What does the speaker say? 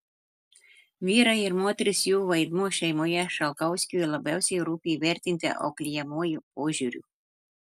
vyrai ir moterys jų vaidmuo šeimoje šalkauskiui labiausiai rūpi įvertinti auklėjamuoju požiūriu